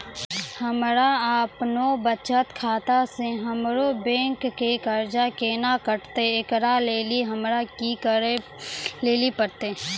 हमरा आपनौ बचत खाता से हमरौ बैंक के कर्जा केना कटतै ऐकरा लेली हमरा कि करै लेली परतै?